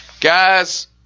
Guys